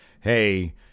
Hey